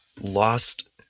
lost